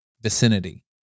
vicinity